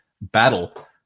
battle